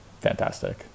fantastic